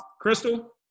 Crystal